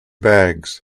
bags